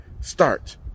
start